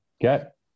get